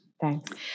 thanks